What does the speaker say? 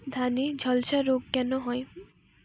ধানে ঝলসা রোগ কেন হয়?